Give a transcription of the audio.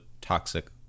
toxic